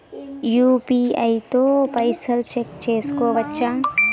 UPI తో పైసల్ check చేసుకోవచ్చా?